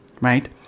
right